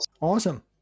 Awesome